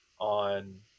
on